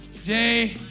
Jay